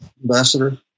Ambassador